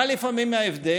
מה לפעמים ההבדל?